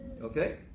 Okay